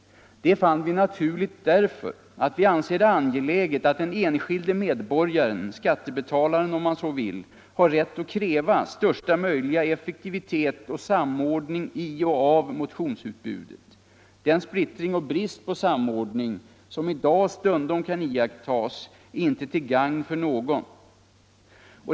Det fann vi naturligt därför att vi anser det angeläget att den enskilde medborgaren — skattebetalaren om man så vill — har rätt att kräva största möjliga effektivitet och samordning i och av motionsutbudet. Den splittring och brist på samordning som i dag stundom kan iakttagas är inte till gagn för någon.